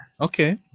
Okay